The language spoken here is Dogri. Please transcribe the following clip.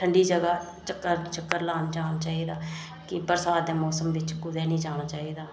ठंडी जगह चक्कर लाने गी जाना चाहिदा पर बरसात दे मौसम च कुदै निं जाना चाहिदा